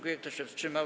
Kto się wstrzymał?